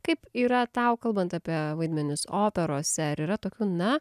kaip yra tau kalbant apie vaidmenis operose ar yra tokių na